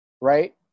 right